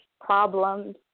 problems